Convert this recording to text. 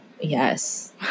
Yes